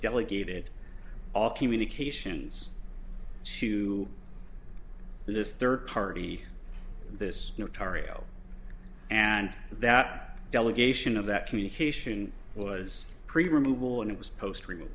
delegated all communications to this third party this notarial and that delegation of that communication was pretty removal and it was post remov